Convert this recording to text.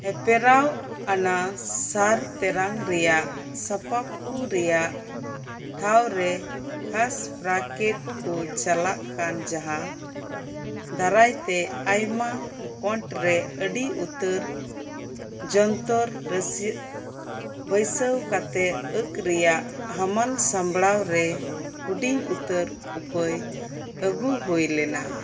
ᱦᱮᱯᱨᱟᱣ ᱟᱱᱟᱜ ᱥᱟᱨ ᱛᱮᱨᱟᱝ ᱨᱮᱭᱟᱜ ᱥᱟᱯᱟᱵᱽ ᱠᱚ ᱨᱮᱭᱟᱜ ᱴᱷᱟᱶ ᱨᱮ ᱠᱷᱟᱥ ᱵᱨᱮᱠᱮᱴ ᱠᱚ ᱪᱟᱞᱟᱜ ᱠᱟᱱ ᱡᱟᱦᱟᱸ ᱫᱟᱨᱟᱭᱛᱮ ᱟᱭᱢᱟ ᱠᱳᱱᱟ ᱨᱮ ᱟᱹᱰᱤ ᱩᱛᱟᱹᱨ ᱡᱚᱱᱛᱚᱨ ᱵᱟᱹᱭᱥᱟᱹ ᱠᱟᱛᱮᱫ ᱟᱸᱠ ᱨᱮᱭᱟᱜ ᱦᱟᱢᱟᱞ ᱥᱟᱸᱵᱽᱲᱟᱣ ᱨᱮ ᱦᱩᱰᱤᱧ ᱩᱛᱟᱹᱨ ᱩᱯᱟᱹᱭ ᱟᱹᱜᱩ ᱦᱩᱭ ᱞᱮᱱᱟ